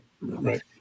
right